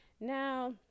now